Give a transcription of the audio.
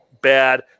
bad